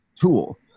tool